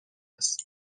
است